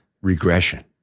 regression